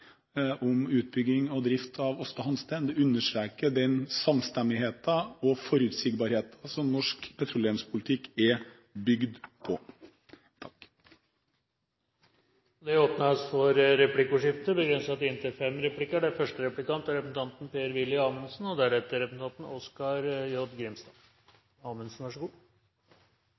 om utbygging og drift av Aasta Hansteen. Det understreker den samstemmigheten og forutsigbarheten som norsk petroleumspolitikk er bygd på. Det blir replikkordskifte. Det